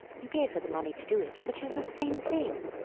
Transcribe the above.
you gave her the money to do it, which is the same thing.